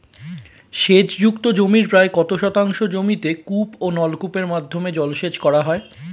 সেচ যুক্ত জমির প্রায় কত শতাংশ জমিতে কূপ ও নলকূপের মাধ্যমে জলসেচ করা হয়?